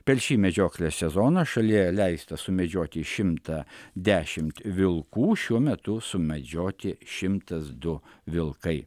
per šį medžioklės sezoną šalyje leista sumedžioti šimtą dešimt vilkų šiuo metu sumedžioti šimtas du vilkai